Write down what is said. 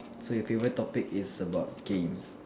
so your favorite topic is about games